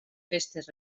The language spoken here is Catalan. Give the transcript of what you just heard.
festes